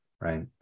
Right